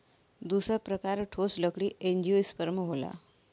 दूसर प्रकार ठोस लकड़ी एंजियोस्पर्म होला